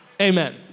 amen